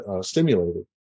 stimulated